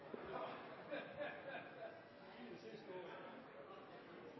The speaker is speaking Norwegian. la